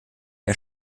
der